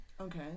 Okay